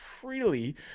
freely